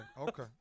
okay